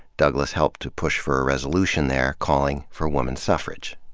douglass helped to push for a resolution there calling for woman suffrage.